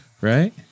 Right